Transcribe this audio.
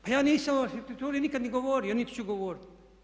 Pa ja nisam o arhitekturi nikad ni govorio, niti ću govoriti.